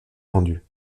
fendu